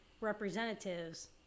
representatives